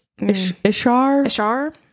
Ishar